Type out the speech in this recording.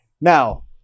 Now